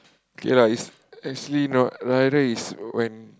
K lah it's actually not rider is when